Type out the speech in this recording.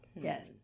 Yes